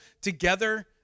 together